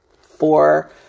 four